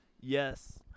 Yes